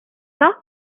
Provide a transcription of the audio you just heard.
not